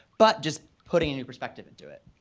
but just putting a new perspective into it.